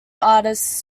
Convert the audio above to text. artists